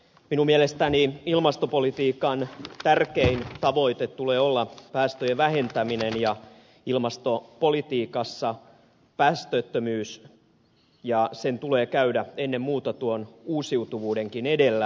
minun mielestäni ilmastopolitiikan tärkeimmän tavoitteen tulee olla päästöjen vähentäminen ja ilmastopolitiikassa päästöttömyys ja sen tulee käydä ennen muuta uusiutuvuudenkin edellä